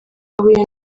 ahuye